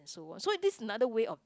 so so this is another way of